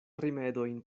rimedojn